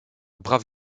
brave